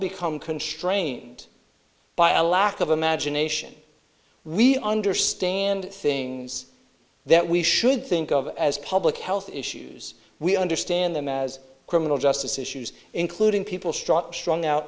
become constrained by a lack of imagination we understand things that we should think of as public health issues we understand them as criminal justice issues including people stop strung out